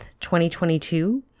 2022